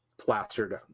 plastered